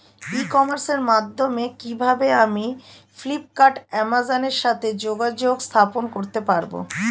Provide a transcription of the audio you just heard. ই কমার্সের মাধ্যমে কিভাবে আমি ফ্লিপকার্ট অ্যামাজন এর সাথে যোগাযোগ স্থাপন করতে পারব?